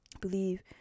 believe